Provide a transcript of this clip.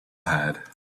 had